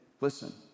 listen